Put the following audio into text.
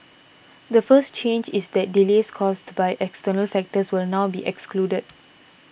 the first change is that delays caused by external factors will now be excluded